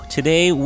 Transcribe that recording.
Today